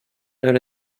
known